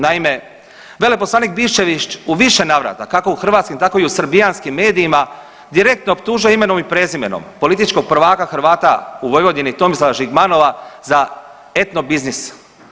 Naime, veleposlanik Biščević u više navrata kao u hrvatskim tako i u srbijanskim medijima direktno optužuje imenom i prezimenom političkog prvaka Hrvata u Vojvodini Tomislava Žigmanova za etnobiznis.